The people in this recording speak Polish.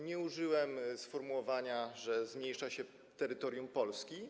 Nie użyłem sformułowania, że zmniejsza się terytorium Polski.